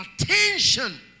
attention